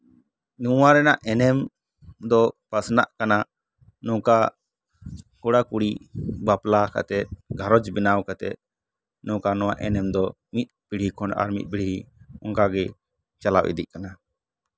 ᱱᱚᱣᱟ ᱨᱮᱱᱟᱜ ᱮᱱᱮᱢ ᱫᱚ ᱯᱟᱥᱱᱟᱜ ᱠᱟᱱᱟ ᱱᱚᱝᱠᱟ ᱠᱚᱲᱟᱼᱠᱩᱲᱤ ᱵᱟᱯᱞᱟ ᱠᱟᱛᱮ ᱜᱷᱟᱸᱨᱚᱡᱽ ᱵᱮᱱᱟᱣ ᱠᱟᱛᱮ ᱱᱚᱝᱠᱟ ᱱᱚᱣᱟ ᱮᱱᱮᱢ ᱫᱚ ᱢᱤᱫ ᱯᱤᱲᱦᱤ ᱠᱷᱚᱱ ᱟᱨ ᱢᱤᱫ ᱯᱤᱲᱦᱤ ᱱᱚᱝᱠᱟ ᱜᱮ ᱪᱟᱞᱟᱣ ᱤᱫᱤᱜ ᱠᱟᱱᱟ